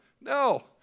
No